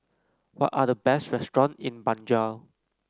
what are the best restaurants in Banjul